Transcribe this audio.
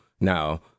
Now